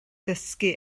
dysgu